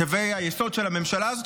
קווי היסוד של הממשלה הזאת,